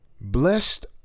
Blessed